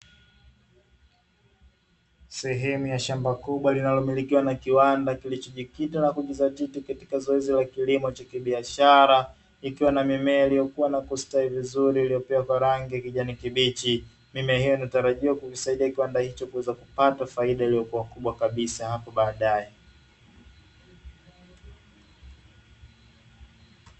Sehemu ya shamba kubwa linalomilikiwa na kiwanda kilichojikita na kujizatiti katika zoezi la kilimo cha kibiashara, ikiwa na mimea iliyokuwa inakustawi vizuri iliyopewa kwa rangi ya kijani kibichi. Mimea hiyo inatarajiwa kukisaidia kiwanda hicho kuweza kupata faida iliyokuwa kubwa kabisa hapo baadaye.